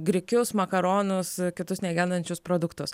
grikius makaronus kitus negendančius produktus